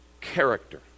character